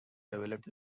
developed